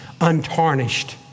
untarnished